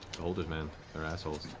beholders, man. they're assholes.